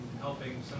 helping